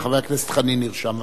וחבר הכנסת חנין נרשם.